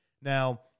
Now